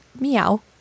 Meow